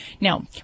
Now